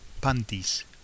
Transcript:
panties